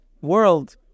world